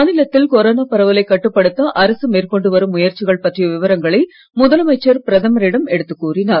மாநிலத்தில் கொரோனா பரவலை கட்டுப்படுத்த அரசு மேற்கொண்டு வரும் முயற்சிகள் பற்றிய விவரங்களை முதலமைச்சர் பிரதமரிடம் எடுத்துக் கூறினார்